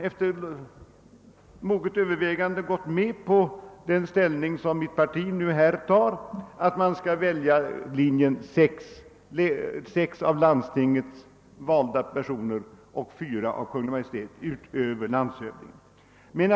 Efter moget övervägande har jag gått med på den ståndpunkt som mitt parti intar, nämligen att sex personer skall väljas av landstinget och fyra av Kungl. Maj:t, förutom landshövdingen.